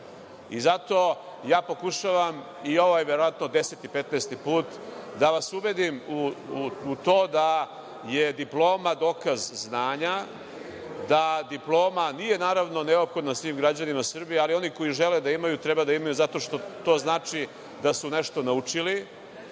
Zato ja pokušavam, i ovo je verovatno deseti, petnaesti put, da vas ubedim u to da je diploma dokaz znanja, da diploma nije, naravno, neophodna svim građanima Srbije, ali oni koji žele da je imaju treba da je imaju zato što to znači da su nešto naučili,